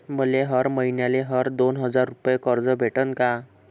मले हर मईन्याले हर दोन हजार रुपये कर्ज भेटन का?